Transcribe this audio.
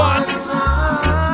One